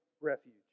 refuge